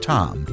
Tom